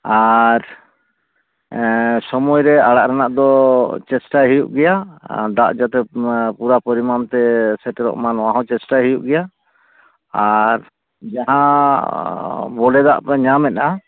ᱟᱨ ᱥᱚᱢᱚᱭ ᱨᱮ ᱟᱲᱟᱜ ᱨᱮᱱᱟᱜ ᱫᱚ ᱪᱮᱥᱴᱟᱭ ᱦᱩᱭᱩᱜ ᱜᱮᱭᱟ ᱫᱟᱜ ᱡᱟᱛᱮ ᱯᱩᱨᱟᱹ ᱯᱚᱨᱤᱢᱟᱢᱛᱮ ᱥᱮᱴᱮᱨᱚᱜ ᱢᱟ ᱱᱚᱣᱟᱦᱚᱸ ᱪᱮᱥᱴᱟᱭ ᱦᱩᱭᱩᱜ ᱜᱮᱭᱟ ᱟᱨ ᱡᱟᱦᱟᱸ ᱵᱚᱰᱮ ᱫᱟᱜ ᱯᱮ ᱧᱟᱢᱮᱫᱟ